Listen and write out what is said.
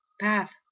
path